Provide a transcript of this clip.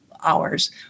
hours